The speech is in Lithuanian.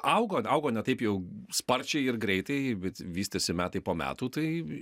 augo augo ne taip jau sparčiai ir greitai bet vystėsi metai po metų tai